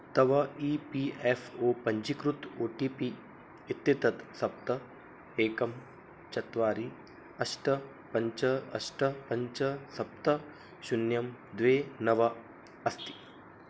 तव E P F O पञ्जीकृत O T P इत्येतत् सप्त एकं चत्वारि अष्ट पञ्च अष्ट पञ्च सप्त शून्यं द्वे नव अस्ति